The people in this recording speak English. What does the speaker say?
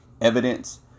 evidence